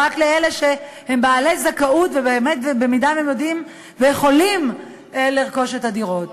רק לאלה שהם בעלי זכאות ובמידה שהם יודעים ויכולים לרכוש את הדירות.